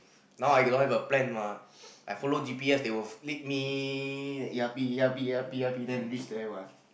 now I cannot have a plan mah I follow G_P_S they will lead me the E_R_P E_R_P E_R_P E_R_P then reach there mah